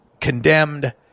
condemned